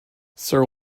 sri